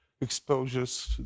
exposures